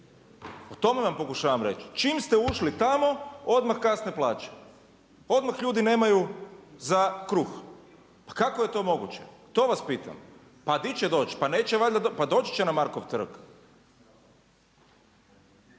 o tome vam pokušavam reći. Čim ste ušli tamo odmah kasne plaće, odmah ljudi nemaju za kruh. Pa kako je to moguće? To vas pitam. Pa di će doći? Pa doći će na Markov trg.